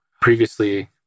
previously